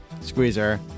Squeezer